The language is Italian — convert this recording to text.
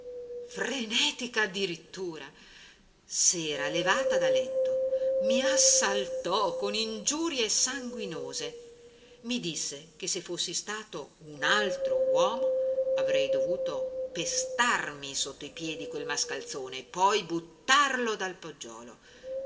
frenetica addirittura s'era levata da letto i assaltò di ingiurie sanguinose mi disse che se fossi stato un altro uomo avrei dovuto pestarmi sotto i piedi quel mascalzone e poi buttarlo dal poggiolo